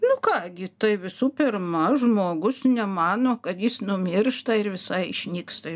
nu ką gi tai visų pirma žmogus nemano kad jis numiršta ir visai išnyksta